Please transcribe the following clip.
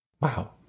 Wow